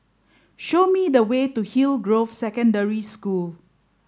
show me the way to Hillgrove Secondary School